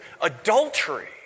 adultery